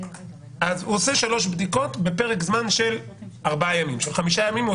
הוא עושה שלוש בדיקות בפרק זמן של ארבעה-חמישה ימים.